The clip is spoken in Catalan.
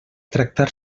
tractar